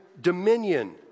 dominion